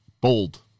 Bold